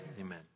Amen